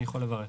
אני יכול לברר.